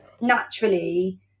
naturally